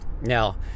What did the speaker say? Now